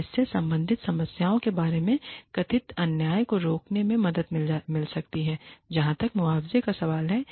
और इससे संबंधित समस्याओं के बारे में कथित अन्याय को रोकने में मदद मिल सकती है जहां तक मुआवजे का सवाल है